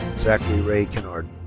zachary ray kennard.